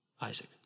Isaac